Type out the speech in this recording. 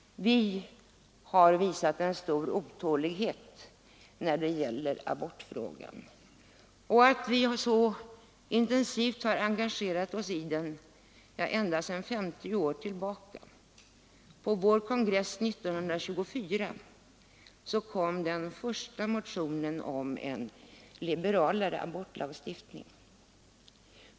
Vårt förbund har visat en stor otålighet i abortfrågan. Ja, vi har intensivt engagerat oss för den sedan 50 år tillbaka. På vår kongress 1924 kom den första motionen om en liberalare abortlagstiftning.